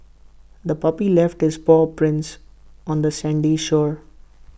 the puppy left its paw prints on the sandy shore